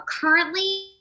currently